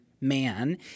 man